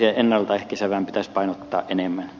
ennalta ehkäisevään pitäisi painottaa enemmän